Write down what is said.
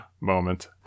moment